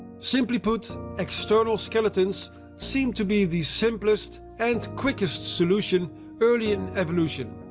simply put, external skeletons seem to be the simplest and quickest solution early in evolution.